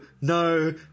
No